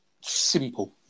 Simple